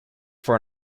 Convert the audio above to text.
for